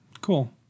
cool